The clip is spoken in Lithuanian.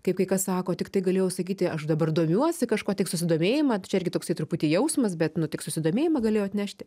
kaip kai kas sako tiktai galėjau sakyti aš dabar domiuosi kažkuo tik susidomėjimą tai čia irgi toksai truputį jausmas bet nu tik susidomėjimą galėjo atnešti